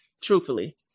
truthfully